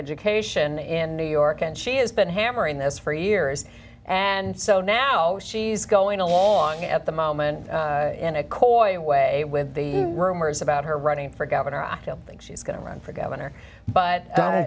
education in new york and she has been hammering this for years and so now she's going along at the moment in a coya way with the rumors about her running for governor i think she's going to run for governor but